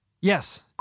Yes